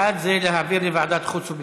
בעד, זה להעביר לוועדת חוץ וביטחון.